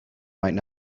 might